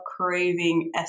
craving